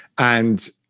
and,